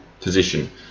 position